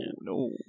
no